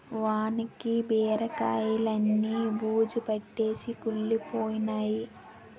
వానకి బీరకాయిలన్నీ బూజుపట్టేసి కుళ్లిపోయినై